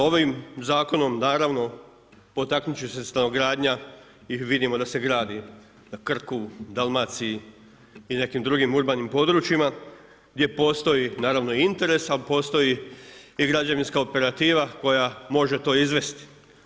Jer ovim zakonom naravno potaknuti će se stanogradnja i vidimo da se gradi na Krku, Dalmaciji i nekim drugim urbanim područjima gdje postoji naravno i interes ali postoji i građevinska operativa koja može to izvesti.